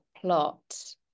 plot